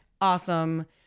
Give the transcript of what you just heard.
awesome